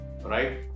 right